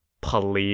puh-leeze